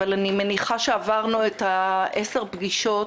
אבל אני מניחה שעברנו את העשר פגישות